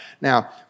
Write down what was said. Now